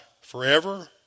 forever